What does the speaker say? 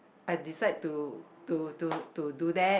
I decide to to to to do that